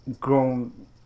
grown